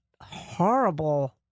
horrible